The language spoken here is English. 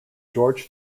george